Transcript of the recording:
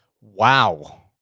Wow